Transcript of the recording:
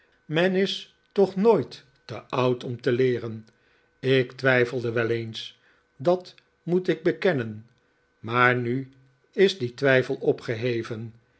men is toch nooit te oud om te leeren ik twijfelde wel eens dat moet ik bekennenj maar nu is die twijfel opgeheven